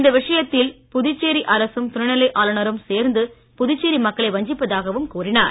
இந்த விஷயத்தில் புதுச்சேரி அரசும் துணை நிலை ஆளுனரும் சேர்ந்து புதுச்சேரி மக்களை வஞ்சிப்பதாகவும் கூறினார்